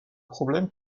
problème